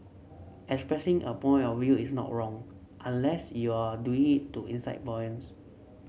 expressing a point of view is not wrong unless you're doing it to incite